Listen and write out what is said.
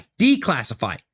declassify